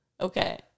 Okay